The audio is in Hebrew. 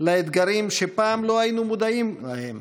לאתגרים שפעם לא היינו מודעים להם,